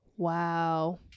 Wow